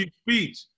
speech